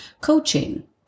coaching